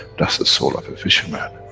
that's the soul of a fisherman,